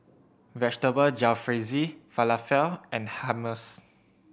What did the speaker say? Vegetable Jalfrezi Falafel and Hummus